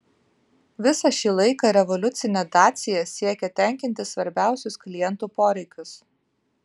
visą šį laiką revoliucinė dacia siekė tenkinti svarbiausius klientų poreikius